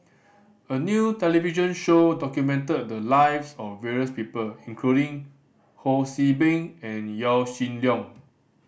a new television show documented the lives of various people including Ho See Beng and Yaw Shin Leong